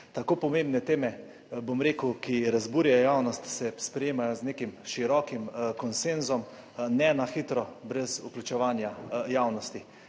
Tako pomembne teme, bom rekel, ki razburjajo javnost, se sprejemajo z nekim širokim konsenzom, ne na hitro, brez vključevanja javnosti.